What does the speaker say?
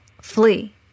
flee